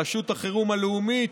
רשות החירום הלאומית,